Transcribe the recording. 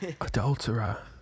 adulterer